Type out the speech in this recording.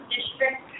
District